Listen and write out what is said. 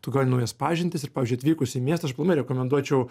tu gauni naujas pažintis ir pavyzdžiui atvykus į miestą aš aplamai rekomenduočiau